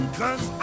cause